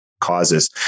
causes